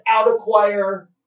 outacquire